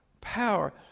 power